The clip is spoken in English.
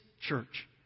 church